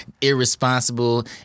Irresponsible